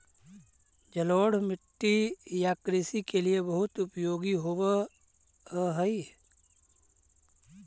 जलोढ़ मिट्टी या कृषि के लिए बहुत उपयोगी होवअ हई